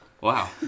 Wow